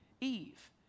Eve